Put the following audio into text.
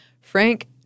Frank